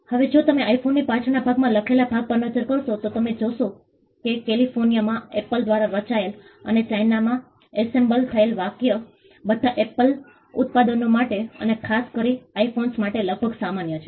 હવે જો તમે આઇફોનની પાછળના ભાગમાં લખેલા ભાગ પર નજર નાખશો તો તમે જોશો કે કેલિફોર્નિયામાં એપલ દ્વારા રચાયેલ અને ચાઇનામાં એસેમ્બલ થયેલા વાક્ય બધા એપલ ઉત્પાદનો માટે અને ખાસ કરીને આઇફોન્સ માટે લગભગ સામાન્ય છે